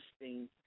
interesting